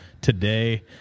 today